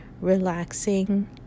relaxing